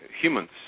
humans